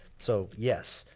so, yes,